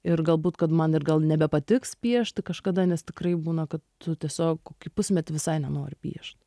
ir galbūt kad man ir gal nebepatiks piešti kažkada nes tikrai būna kad tu tiesiog kokį pusmetį visai nenori piešt